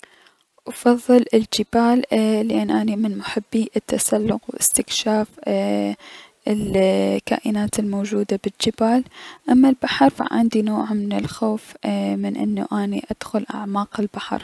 افضل الجبال اي لأن اني من محبي التسلق و استكشاف اي الكائنات الموجودة بالجبال اما البحر فعندي نوع من الخوف من انو اني ادخل اعماق البحر.